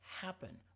happen